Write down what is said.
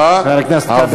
וזה העברה, חבר הכנסת כבל.